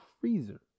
freezer